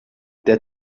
der